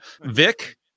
Vic